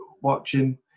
watching